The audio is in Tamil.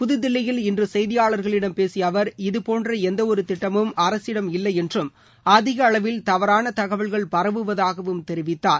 புதுதில்லியில் இன்று செய்தியாளர்களிடம் பேசிய அவர் இதபோன்ற எந்தவொரு திட்டமும் அரசிடம் இல்லையென்றும் அதிகளவில் தவறான தகவல்கள் பரவுவதாகவும் தெரிவித்தார்